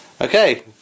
Okay